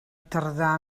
tardà